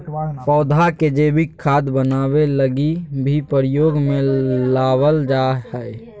पौधा के जैविक खाद बनाबै लगी भी प्रयोग में लबाल जा हइ